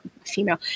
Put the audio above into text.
female